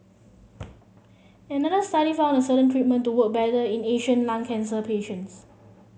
another study found a certain treatment to work better in Asian lung cancer patients